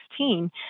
2016